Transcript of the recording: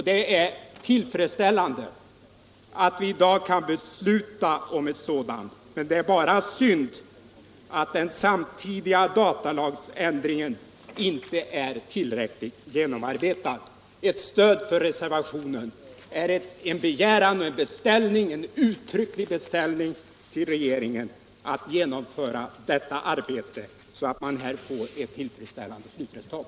Det är tillfredsställande att vi i dag kan besluta om ett sådant. Det är bara synd att den samtidiga ändringen av datalagen inte är tillräckligt genomarbetad. Ett stöd för reservationen är en begäran, ja en uttrycklig beställning till regeringen att genomföra detta arbete, så att man får ett tillfredsställande slutresultat.